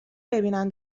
ببینن